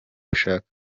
ushaka